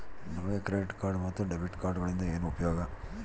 ನಮಗೆ credit card ಮತ್ತು debit ಕಾರ್ಡುಗಳಿಂದ ಏನು ಉಪಯೋಗ?